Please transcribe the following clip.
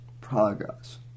progress